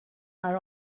are